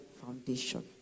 foundation